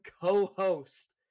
co-host